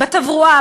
בתברואה,